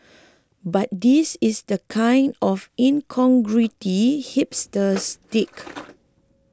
but this is the kind of incongruity hipsters dig